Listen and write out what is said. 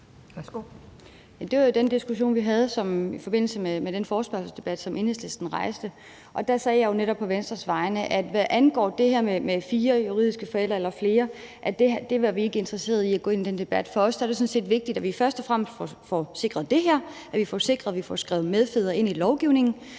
Det var jo den diskussion, vi havde i forbindelse med den forespørgselsdebat, som Enhedslisten rejste. Der sagde jeg netop på Venstres vegne, at hvad angår det her med fire eller flere juridiske forældre, er vi ikke interesserede i at gå ind i den debat. For os er det sådan set vigtigt, at vi først og fremmest får sikret det her og får sikret, at vi får skrevet medfædre ind i lovgivningen,